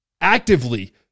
actively